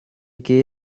que